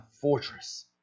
fortress